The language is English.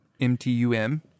M-T-U-M